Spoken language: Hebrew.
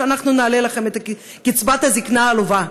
אנחנו נעלה לכם את קצבת הזיקנה העלובה.